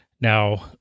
Now